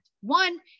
One